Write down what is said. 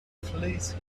fleece